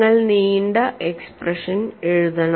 നിങ്ങൾ നീണ്ട എക്സ്പ്രഷൻ എഴുതണം